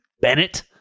Bennett